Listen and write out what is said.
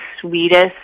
sweetest